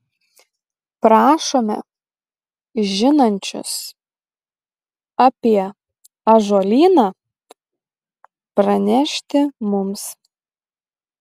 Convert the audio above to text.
prašome žinančius apie ąžuolyną pranešti mums